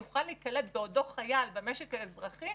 יוכל להיקלט בעודו חייל במשק האזרחי,